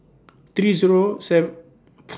three Zero